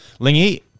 Lingy